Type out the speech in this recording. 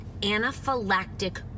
anaphylactic